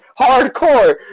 hardcore